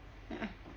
(uh huh)